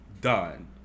Done